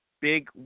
Big